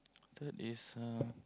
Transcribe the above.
third is uh